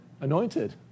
Anointed